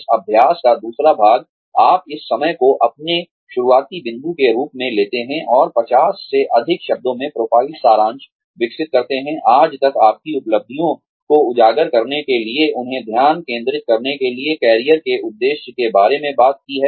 इस अभ्यास का दूसरा भाग आप इस समय को अपने शुरुआती बिंदु के रूप में लेते हैं और 50 से अधिक शब्दों का प्रोफ़ाइल सारांश विकसित करते हैं आज तक आपकी उपलब्धियों को उजागर करने के लिए और उन्हें ध्यान केंद्रित करने के लिए कैरियर के उद्देश्य के बारे में बात की है